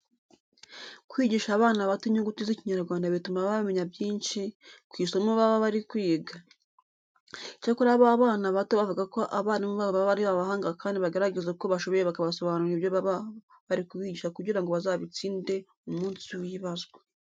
Kwigisha abana bato inyuguti z'Ikinyarwanda bituma bamenya byinshi ku isomo baba bari kwiga. Icyakora aba bana bato bavuga ko abarimu babo baba ari abahanga kandi bagerageza uko bashoboye bakabasobanurira ibyo baba bari kubigisha kugira ngo bazabitsinde umunsi w'ibazwa.